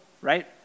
right